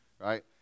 Right